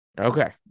okay